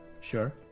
Sure